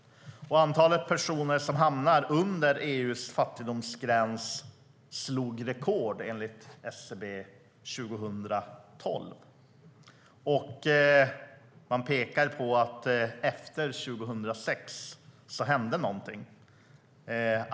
Antalet personer som hamnar under EU:s fattigdomsgräns slog rekord enligt SCB 2012. Det pekas på att någonting hände efter 2006.